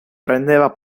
prendeva